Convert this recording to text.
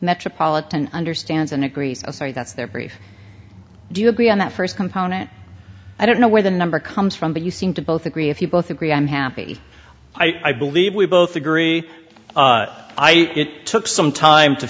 metropolitan understands and agrees oh sorry that's their brief do you agree on that first component i don't know where the number comes from but you seem to both agree if you both agree i'm happy i believe we both agree it took some time to